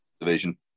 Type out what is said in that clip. division